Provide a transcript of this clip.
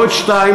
לא את ערוץ 2,